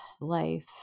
life